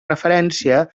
referència